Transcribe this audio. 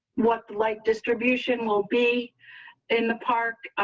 what like distribution will be in the park.